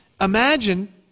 Imagine